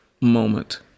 moment